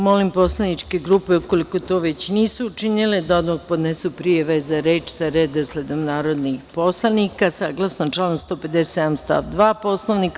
Molim poslaničke grupe ukoliko to već nisu učinile da odmah podnesu prijave za reč sa redosledom narodnih poslanika, saglasno članu 157. stav 2. Poslovnika.